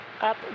up